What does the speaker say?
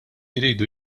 jridu